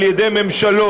על ידי ממשלות.